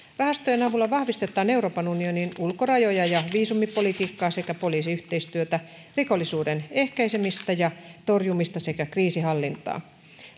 rahastojen avulla vahvistetaan euroopan unionin ulkorajoja ja viisumipolitiikkaa sekä poliisiyhteistyötä rikollisuuden ehkäisemistä ja torjumista sekä kriisinhallintaa